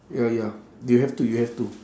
ya ya you have to you have to